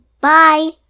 Bye